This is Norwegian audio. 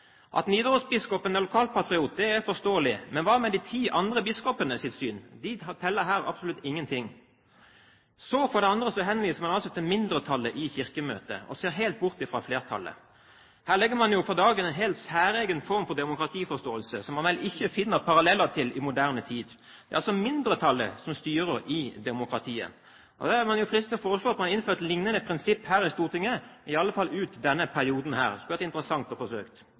At Nidaros-biskopen er lokalpatriot, er forståelig, men hva med de ti andre biskopenes syn? De teller absolutt ingenting her. For det andre henviser man til mindretallet i Kirkemøtet – og ser helt bort fra flertallet. Her legger man for dagen en helt særegen form for demokratiforståelse, som man vel ikke finner paralleller til i moderne tid. Det er altså mindretallet som styrer i demokratiet. Da blir man fristet til å foreslå at man innfører et lignende prinsipp her i Stortinget, i alle fall ut denne perioden. Det skulle vært interessant å